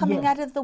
coming out of the